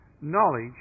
Knowledge